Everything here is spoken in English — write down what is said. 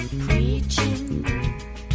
preaching